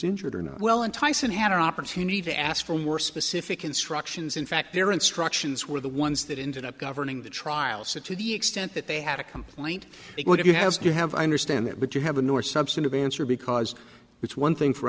injured or not well and tyson had an opportunity to ask for more specific instructions in fact their instructions were the ones that ended up governing the trial set to the extent that they had a complaint it would you have you have i understand it but you have a nor substantive answer because it's one thing for